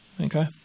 Okay